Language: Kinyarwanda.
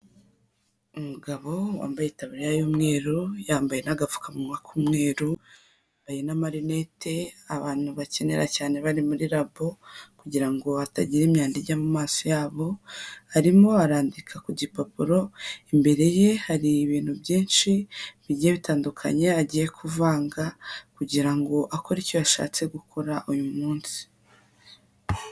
Umugabo wambaye itaburiya y'umweru, yambaye n'agafukamunwa k'umweru, yambaye n'amarinete abantu bakenera cyane bari muri labo, kugira ngo hatagira imyanda ijya mu maso yabo, arimo arandika ku gipapuro, imbere ye hari ibintu byinshi bigiye bitandukanye agiye kuvanga, kugira ngo akore icyo yashatse gukora uyu munsi.